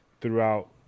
throughout